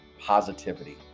positivity